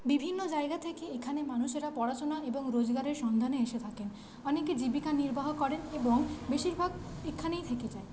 বিভিন্ন জায়গা থেকে এখানে মানুষেরা পড়াশোনা এবং রোজগারের সন্ধানে এসে থাকেন অনেকে জীবিকা নির্বাহ করেন এবং বেশিরভাগ এখানেই থেকে যায়